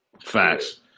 Facts